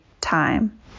time